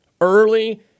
early